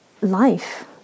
life